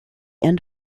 end